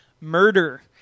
murder